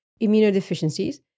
immunodeficiencies